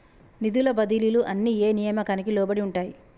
నిధుల బదిలీలు అన్ని ఏ నియామకానికి లోబడి ఉంటాయి?